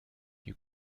you